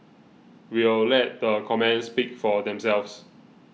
we'll let the comments speak for themselves